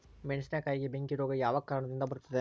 ಮೆಣಸಿನಕಾಯಿಗೆ ಬೆಂಕಿ ರೋಗ ಯಾವ ಕಾರಣದಿಂದ ಬರುತ್ತದೆ?